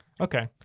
Okay